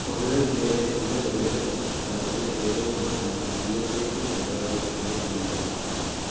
മധുര ജില്ലയിലെ എൻ്റെ നിലവിലെ സ്ഥലത്തിന് ഏറ്റവും അടുത്തുള്ള ഇ എസ് ഐ സി സെൻറ്ററുകൾ എന്നെ അറിയിക്കാമോ